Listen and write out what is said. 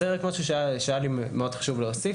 זה רק משהו שהיה לי מאוד חשוב להוסיף.